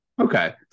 Okay